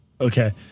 Okay